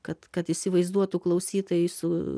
kad kad įsivaizduotų klausytojai su